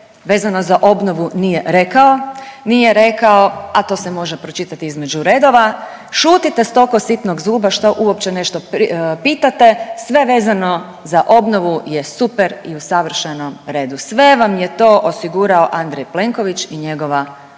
vezano za obnovu nije rekao, nije rekao, a to se može pročitati između redova, šutite stoko sitnog zuba, šta uopće nešto pitate, sve vezano za obnovu je super i u savršenom redu, sve vam je to osigurao Andrej Plenković i njegova